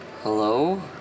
hello